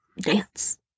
dance